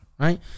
Right